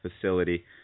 facility